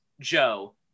Joe